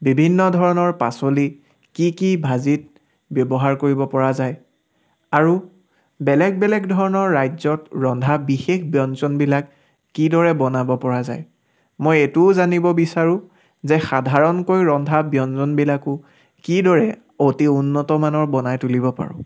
বিভিন্ন ধৰণৰ পাচলি কি কি ভাজিত ব্যৱহাৰ কৰিব পৰা যায় আৰু বেলেগ বেলেগ ধৰণৰ ৰাজ্যত ৰন্ধা বিশেষ ব্যঞ্জনবিলাক কিদৰে বনাব পৰা যায় মই এইটোও জানিব বিচাৰো যে সাধাৰণকৈ ৰন্ধা ব্যঞ্জনবিলাকো কিদৰে অতি উন্নতমানৰ বনাই তুলিব পাৰো